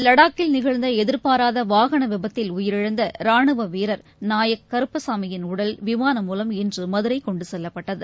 லடாக்கில் நிகழ்ந்த எதிர்பாராத வாகன விபத்தில் உயிரிழந்த ரானுவ வீரர் நாயக் கருப்பசாமியின் உடல் விமானம் மூலம் இன்று மதுரை கொண்டு செல்லப்பட்டது